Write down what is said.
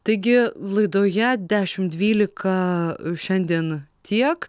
taigi laidoje dešimt dvylika šiandien tiek